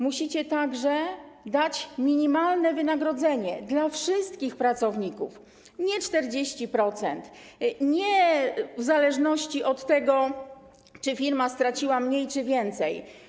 Musicie także dać minimalne wynagrodzenie wszystkim pracownikom, nie 40%, nie w zależności od tego, czy firma straciła mniej czy więcej.